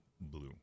blue